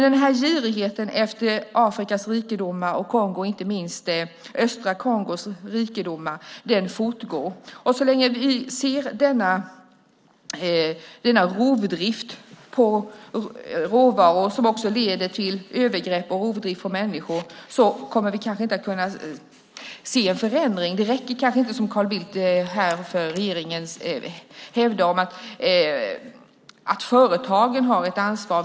Den här girigheten efter Afrikas rikedomar, inte minst östra Kongos rikedomar, finns kvar. Så länge vi ser denna rovdrift på råvaror som också leder till övergrepp och rovdrift på människor kommer vi kanske inte att få se en förändring. Det räcker kanske inte, som Carl Bildt hävdar, att företag har ett ansvar.